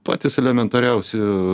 patys elementariausi